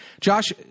Josh